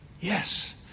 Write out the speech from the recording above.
Yes